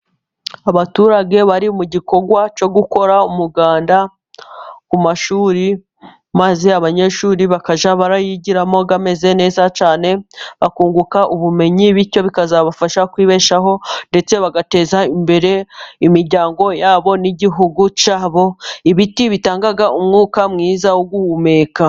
Abaturage bari mu gikorwa cyo gukora umuganda ku mashuri， maze abanyeshuri bakajya barayigiramo bameze neza cyane， bakunguka ubumenyi，bityo bikazabafasha kwibeshaho，ndetse bagateza imbere imiryango yabo n'igihugu cyabo. Ibiti bitanga umwuka mwiza wo guhumeka.